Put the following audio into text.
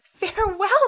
Farewell